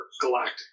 galactic